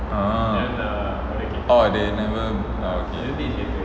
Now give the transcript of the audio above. oh oh they never ah okay